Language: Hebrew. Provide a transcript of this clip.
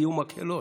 יהיו מקהלות.